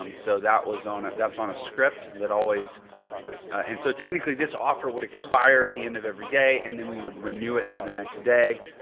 um so that was on it. that's on a script that always and so technically this offer would expire at the end of every day and then we would renew it for the next day.